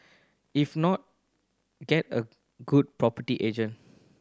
if not get a good property agent